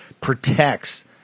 protects